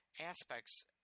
aspects